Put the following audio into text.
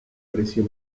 precio